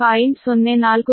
048 p